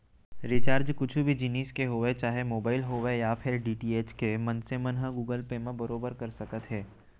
recharge कुछु भी जिनिस के होवय चाहे मोबाइल होवय या फेर डी.टी.एच के मनसे मन ह गुगल पे म बरोबर कर सकत हे